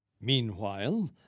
Meanwhile